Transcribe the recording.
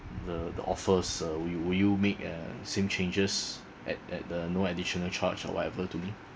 the the offers uh will you will you make uh same changes at at the no additional charge or whatever to me